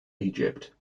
egypt